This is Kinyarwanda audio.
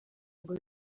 ngo